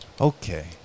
okay